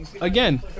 again